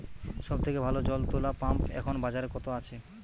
সব থেকে ভালো জল তোলা পাম্প এখন বাজারে কত আছে?